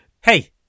hey